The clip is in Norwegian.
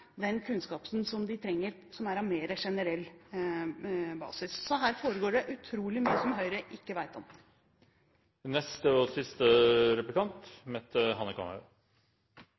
de også får med seg den kunnskapen de trenger, som er på mer generell basis. Så her foregår det utrolig mye som Høyre ikke vet om.